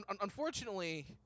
unfortunately